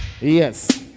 Yes